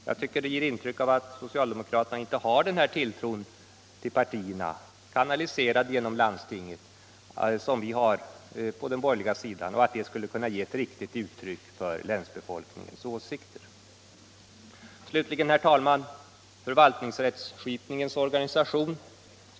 Jag får intrycket att socialdemokraterna inte har den tilltro till partierna, kanaliserad genom landstinget, som vi har på den borgerliga sidan och till att valutslaget i länet skulle kunna ge ett riktigt uttryck för länsbefolkningens åsikter. Slutligen, herr talman, några ord om förvaltningsrättskipningens or ganisation som vi också har behandlat i en motion.